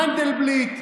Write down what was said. מנדלבליט,